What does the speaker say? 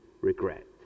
regret